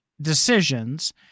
decisions